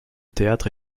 théâtre